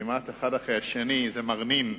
כמעט האחד אחרי השני, זה מרנין.